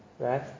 Right